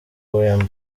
wemba